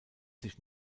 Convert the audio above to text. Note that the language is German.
sich